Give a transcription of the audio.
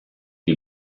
die